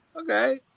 Okay